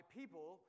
people